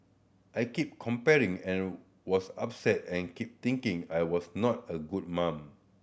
I kept comparing and was upset and kept thinking I was not a good mum